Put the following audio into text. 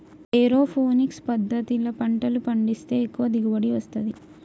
aeroponics పద్దతిల పంటలు పండిస్తే ఎక్కువ దిగుబడి వస్తది